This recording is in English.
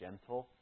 Gentle